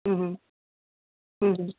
ଉଁ ହୁଁ ଉଁ ହୁଁ